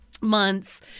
months